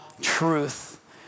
truth